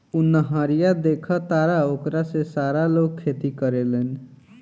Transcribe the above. उ नहरिया देखऽ तारऽ ओकरे से सारा लोग खेती करेलेन